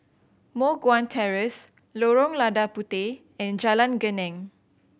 Moh Guan Terrace Lorong Lada Puteh and Jalan Geneng